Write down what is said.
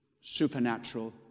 supernatural